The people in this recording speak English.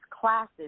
classes